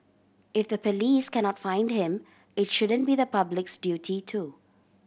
if the police cannot find him it shouldn't be the public's duty to